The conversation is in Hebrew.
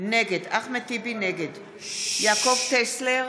נגד יעקב טסלר,